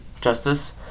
Justice